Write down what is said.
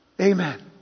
Amen